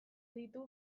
ditu